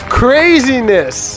craziness